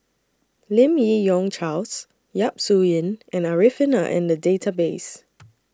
Lim Yi Yong Charles Yap Su Yin and Arifin Are in The Database